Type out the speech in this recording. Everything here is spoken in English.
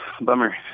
bummer